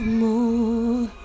more